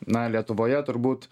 na lietuvoje turbūt